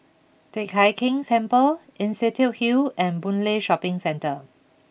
Teck Hai Keng Temple Institution Hill and Boon Lay Shopping Centre